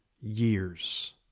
years